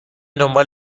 دنبال